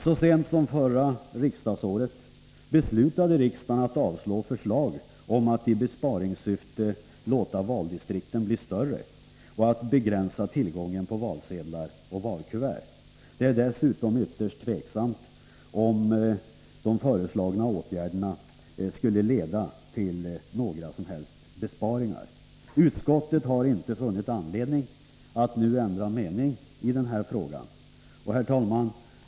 Så sent som förra året beslöt riksdagen avslå förslag om att i besparingssyfte låta valdisrikten bli större och att begränsa tillgången på valsedlar och valkuvert. Det är dessutom ytterst tveksamt om de föreslagna åtgärderna leder till några som helst besparingar. Utskottet har inte funnit anledning att nu ändra mening i den här frågan. Herr talman!